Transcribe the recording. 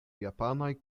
japanaj